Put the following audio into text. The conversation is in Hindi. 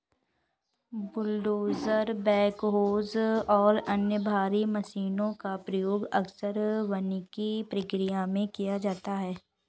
बुलडोजर बैकहोज और अन्य भारी मशीनों का उपयोग अक्सर वानिकी प्रक्रिया में किया जाता है